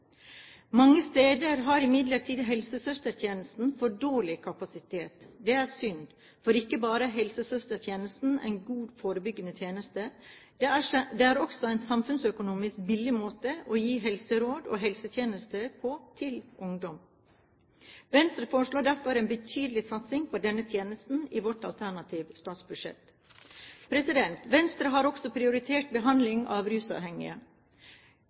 Mange steder har imidlertid helsesøstertjenesten for dårlig kapasitet. Det er synd. For ikke bare er helsesøstertjenesten en god, forebyggende tjeneste, det er også en samfunnsøkonomisk billig måte å gi helseråd og helsetjenester på til ungdom. Venstre foreslår derfor en betydelig satsing på denne tjenesten i vårt alternative statsbudsjett. Venstre har også prioritert behandling av rusavhengige.